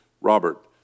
Robert